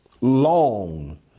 long